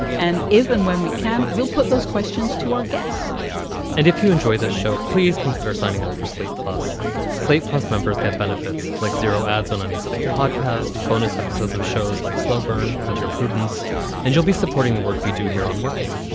and if and when we can, we'll put those questions to our guests and if you enjoy the show, please consider signing up for slate plus slate. plus, members get benefits like zero ads on any slate podcast. bonus episodes of shows like slow burn and share prudence and you'll be supporting the work we do here on working.